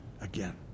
again